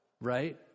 right